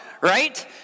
right